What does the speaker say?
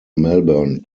melbourne